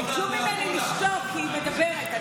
ביקשו ממני לשתוק כי היא מדברת.